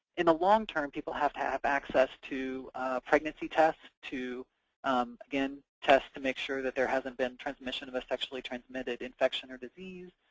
in the long term, people have to have access to pregnancy tests, to again test to make sure that there hasn't been transmission of a sexually transmitted infection or disease,